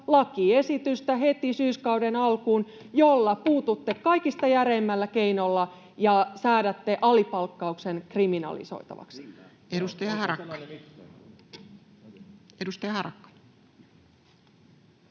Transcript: lakiesitystä, jolla puututte kaikista järeimmällä keinolla ja säädätte alipalkkauksen kriminalisoitavaksi. [Speech 256]